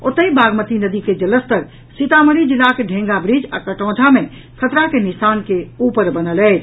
ओतहि बागमती नदी के जलस्तर सीतामढ़ी जिलाक ढेंगाब्रिज आ कटौंझा मे खतरा के निशान के ऊपर बनल अछि